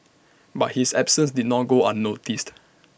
but his absences did not go unnoticed